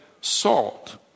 salt